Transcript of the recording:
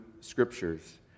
scriptures